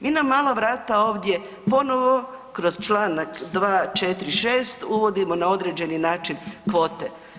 Mi na mala vrata ovdje ponovo kroz čl. 246. uvodimo na određeni način kvote.